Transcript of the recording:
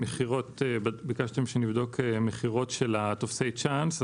ביקשתם שנבדוק מכירות של טפסי צ'אנס.